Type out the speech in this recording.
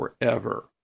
forever